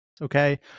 Okay